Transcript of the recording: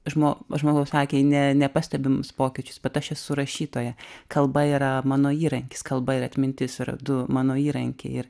žmo žmogaus akiai ne nepastebimus pokyčius bet aš esu rašytoja kalba yra mano įrankis kalba ir atmintis yra du mano įrankiai ir